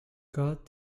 god